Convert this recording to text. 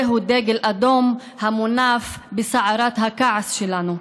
זהו דגל אדום המונף בסערת הכעס שלנו.